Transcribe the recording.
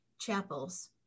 chapels